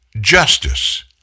justice